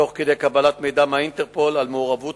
תוך כדי קבלת מידע מה"אינטרפול" על מעורבות